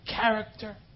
character